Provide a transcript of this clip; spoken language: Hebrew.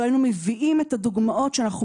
לא היינו מביאים את הדוגמאות שאנחנו